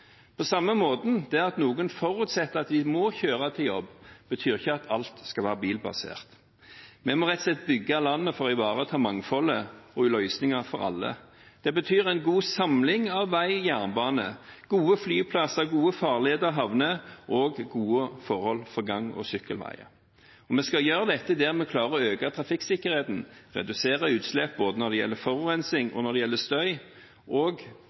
På samme måte er det slik at det at noen forutsetter at de må kjøre til jobb, betyr ikke at alt skal være bilbasert. Vi må rett og slett bygge landet for å ivareta mangfoldet og løsninger for alle. Det betyr en god samling av vei og jernbane, gode flyplasser, gode farleder og havner og gode forhold for gang- og sykkelveier. Vi skal gjøre dette, og vi skal klare å øke trafikksikkerheten og redusere utslipp, både når det gjelder forurensing, og når det gjelder støy, og